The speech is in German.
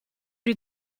die